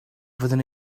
fyddwn